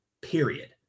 period